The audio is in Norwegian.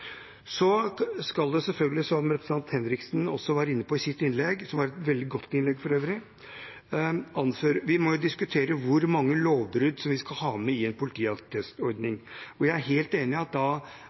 Så må vi selvfølgelig, som representanten Henriksen også var inne på i sitt innlegg, som var et veldig godt innlegg for øvrig, diskutere hvor mange lovbrudd som vi skal ha med i en